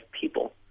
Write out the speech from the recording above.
people